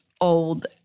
old